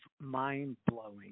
mind-blowing